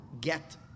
get